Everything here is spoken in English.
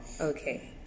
Okay